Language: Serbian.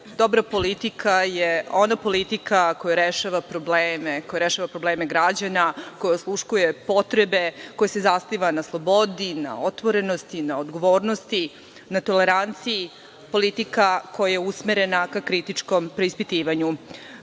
dobra politika je ona politika koja rešava probleme građana, koja osluškuje potrebe koja se zasniva na slobodi, na otvorenosti, na odgovornosti, na toleranciji, politika koja je usmerena ka kritičkom preispitivanju. Bez